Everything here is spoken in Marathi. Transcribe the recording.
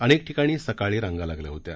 अनेक ठिकाणी सकाळी रांगा लागल्या होत्या